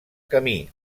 camí